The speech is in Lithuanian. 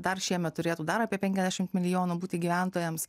dar šiemet turėtų dar apie penkiasdešim milijonų būti gyventojams